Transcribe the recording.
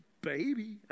baby